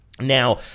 now